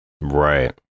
right